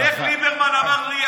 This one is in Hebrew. ואיך ליברמן אמר לי?